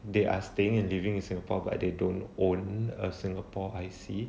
they are staying in living in singapore but they don't own a singapore I_C